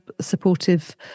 supportive